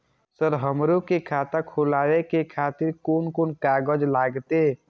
Sir हमरो के खाता खोलावे के खातिर कोन कोन कागज लागते?